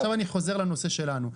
לא, עכשיו אני חוזר לנושא שלנו.